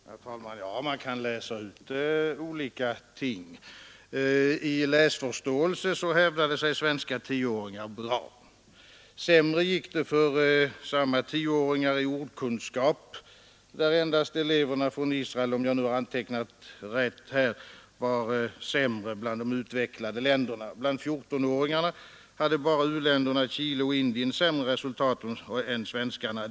Herr talman! Man kan läsa ut olika ting. I läsförståelse hävdade sig svenska 10-åringar bra. Sämre gick det för samma 10-åringar i ordkunskap, där bland de utvecklade länderna endast eleverna från Israel — om jag har antecknat rätt — var sämre. Bland 14-åringarna hade bara elever från u-länderna Chile och Indien sämre resultat än svenskarna.